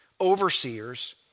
overseers